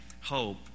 hope